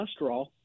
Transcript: cholesterol